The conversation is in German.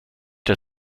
der